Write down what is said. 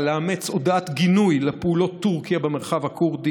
לאמץ הודעת גינוי לפעולות טורקיה במרחב הכורדי